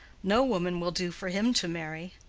no woman will do for him to marry.